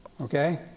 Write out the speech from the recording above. okay